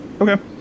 Okay